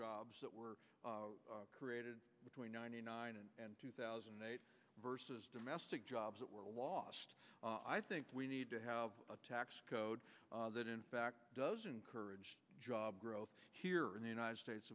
jobs that were created between ninety nine and two thousand and eight versus domestic jobs that were lost i think we need to have a tax code that in fact does encourage job growth here in the united states